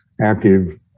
active